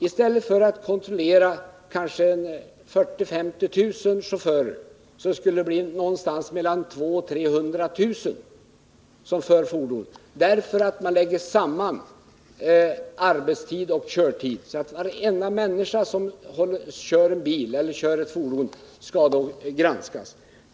I stället för en kontroll av kanske 40 000-50 000 chaufförer, så skulle det bli fråga om att kontrollera ett antal som ligger någonstans mellan 200000 och 300 000, eftersom man lägger samman arbetstid och körtid. Varenda människa som kör ett fordon skulle i så fall granskas.